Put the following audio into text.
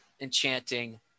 Enchanting